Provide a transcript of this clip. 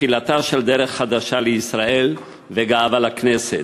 "תחילתה של דרך חדשה לישראל", "גאווה לכנסת",